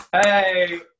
Hey